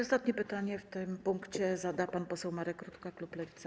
Ostatnie pytanie w tym punkcie zada pan poseł Marek Rutka, klub Lewica.